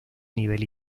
nivel